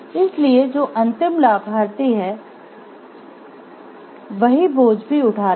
इसलिए जो अंतिम लाभार्थी हैं वही बोझ भी उठा रहे हैं